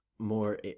more